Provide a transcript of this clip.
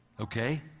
Okay